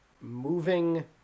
moving